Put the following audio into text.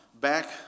back